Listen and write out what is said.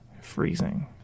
freezing